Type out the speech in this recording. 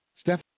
Steph